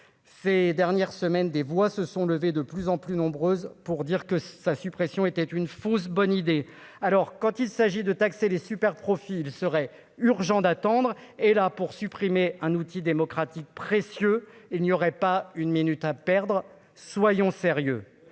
ces dernières semaines, des voix se sont levées de plus en plus nombreuses pour dire que sa suppression était une fausse bonne idée, alors quand il s'agit de taxer les superprofits, il serait urgent d'attendre et là pour supprimer un outil démocratique précieux, il n'y aurait pas une minute à perdre, soyons sérieux